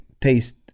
taste